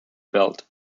belt